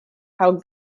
how